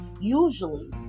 Usually